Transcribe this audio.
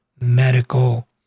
medical